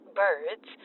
birds